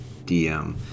DM